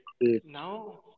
Now